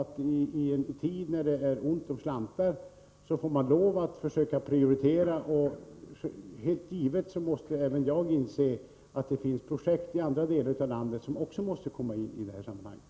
Men i en tid när det är ont om slantar får man självfallet lov att försöka prioritera. Helt givet måste även jag inse att det finns projekt i andra delar av landet som också måste komma in i det här sammanhanget.